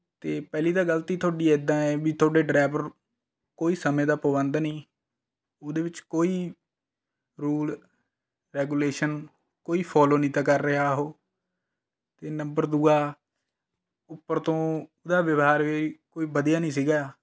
ਅਤੇ ਪਹਿਲੀ ਤਾਂ ਗਲਤੀ ਤੁਹਾਡੀ ਇਦਾਂ ਹੈ ਵੀ ਤੁਹਾਡੇ ਡਰਾਈਵਰ ਕੋਈ ਸਮੇਂ ਦਾ ਪਾਬੰਦ ਨਹੀਂ ਉਹਦੇ ਵਿੱਚ ਕੋਈ ਰੂਲ ਰੈਗੂਲੇਸ਼ਨ ਕੋਈ ਫੋਲੋ ਨਹੀਂ ਤਾ ਕਰ ਰਿਹਾ ਉਹ ਅਤੇ ਨੰਬਰ ਦੂਜਾ ਉੱਪਰ ਤੋਂ ਉਹਦਾ ਵਿਵਹਾਰ ਵੀ ਕੋਈ ਵਧੀਆ ਨਹੀਂ ਸੀ